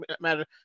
matter